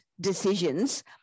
decisions